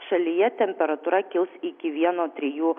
šalyje temperatūra kils iki vieno trijų